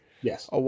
Yes